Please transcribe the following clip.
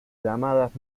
llamadas